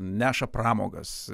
neša pramogas